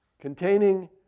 containing